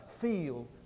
feel